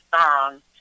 song